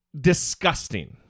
Disgusting